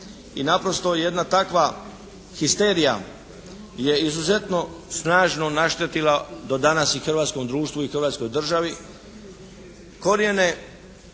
I naprosto jedna takva histerija je izuzetno snažno naštetila do danas i hrvatskom društvu i Hrvatskoj državi. Korijene